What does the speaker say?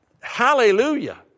hallelujah